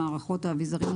המערכות האבזרים,